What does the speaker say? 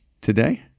today